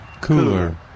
cooler